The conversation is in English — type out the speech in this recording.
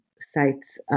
sites